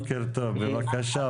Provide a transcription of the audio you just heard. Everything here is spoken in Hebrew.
בבקשה.